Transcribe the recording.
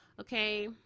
okay